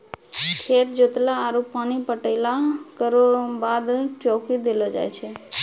खेत जोतला आरु पानी पटैला केरो बाद चौकी देलो जाय छै?